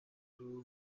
w’amaguru